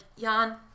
jan